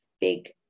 big